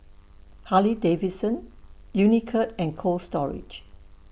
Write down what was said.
Harley Davidson Unicurd and Cold Storage